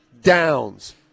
downs